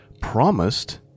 promised